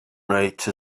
rate